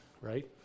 right